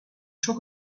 çok